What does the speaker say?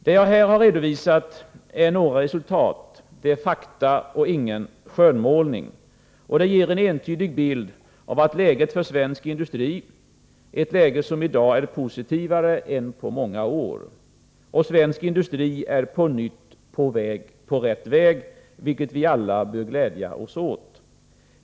Det jag här har redovisat är resultat — fakta och ingen skönmålning —- som ger en entydig bild av läget för svensk industri, ett läge som i dag är positivare än på många år. Svensk industri är på nytt på rätt väg, vilket vi alla bör glädja oss åt.